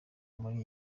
muri